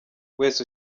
wese